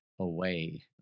away